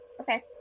Okay